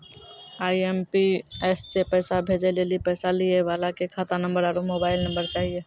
IMPS से पैसा भेजै लेली पैसा लिये वाला के खाता नंबर आरू मोबाइल नम्बर चाहियो